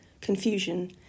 confusion